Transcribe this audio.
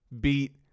beat